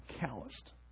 calloused